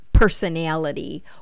personality